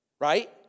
Right